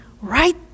right